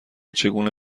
چگونه